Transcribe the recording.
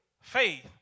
faith